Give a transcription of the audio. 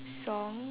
song